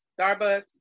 Starbucks